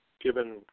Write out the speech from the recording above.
given